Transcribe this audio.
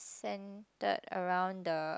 centered around the